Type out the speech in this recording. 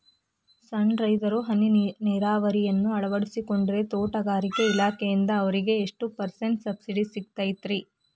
ಸಣ್ಣ ರೈತರು ಹನಿ ನೇರಾವರಿಯನ್ನ ಅಳವಡಿಸಿಕೊಂಡರೆ ತೋಟಗಾರಿಕೆ ಇಲಾಖೆಯಿಂದ ಅವರಿಗೆ ಎಷ್ಟು ಪರ್ಸೆಂಟ್ ಸಬ್ಸಿಡಿ ಸಿಗುತ್ತೈತರೇ?